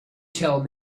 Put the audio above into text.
tell